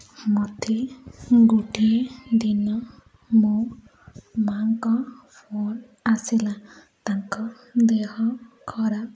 ମୋତେ ଗୋଟିଏ ଦିନ ମୋ ମାଆଙ୍କ ଫୋନ୍ ଆସିଲା ତାଙ୍କ ଦେହ ଖରାପ